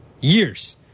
Years